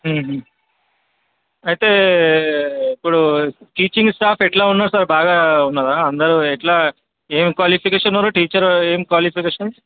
అయితే ఇప్పుడు teaching staff ఎలా ఉన్నారు సార్ బాగా ఉన్నారా అందరూ ఎలా ఏమి క్వాలిఫికేషన్ ఉంది టీచరు ఏమి క్వాలిఫికేషన్